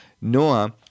Noah